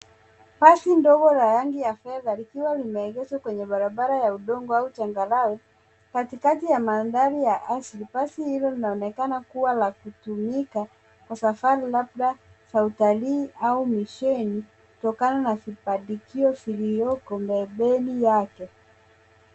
Basi ndogo la rangi ya fedha ikiwa limeegeshwa kwenye barbara ya udongo au changarawe, katikakti ya mandhari ya asili basi hilo linaonekana kuwa la kutumika kwa safari labda kwa utalii au misheni kutokana na kibandikio kilioko mbeleni yake.